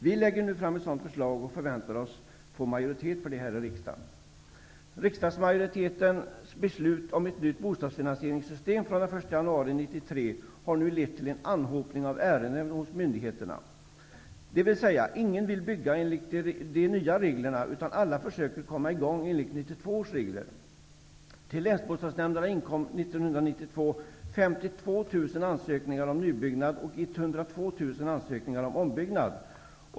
Vi lägger nu fram ett sådant förslag och förväntar oss att en majoritet i riksdagen stöder det. har nu lett till en anhopning av ärenden hos myndigheterna. Ingen vill bygga enligt de nya reglerna, utan alla försöker komma i gång enligt ansökningar om ombyggnad.